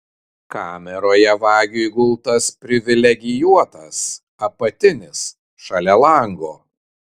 kameroje vagiui gultas privilegijuotas apatinis šalia lango